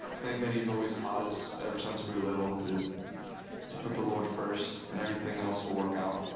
thing that he's always taught us ever since we were little is to put the lord first and everything else will work out.